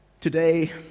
Today